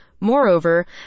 Moreover